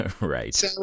Right